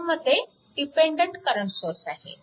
यांमध्ये dependent current source आहे